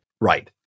Right